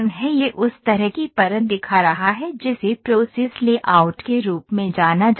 यह उस तरह की परत दिखा रहा है जिसे प्रोसेस लेआउट के रूप में जाना जाता है